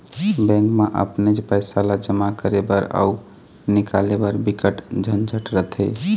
bank म अपनेच पइसा ल जमा करे बर अउ निकाले बर बिकट झंझट रथे